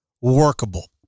workable